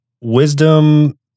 wisdom